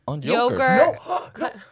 Yogurt